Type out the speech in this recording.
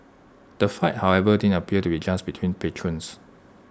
the fight however didn't appear to be just between patrons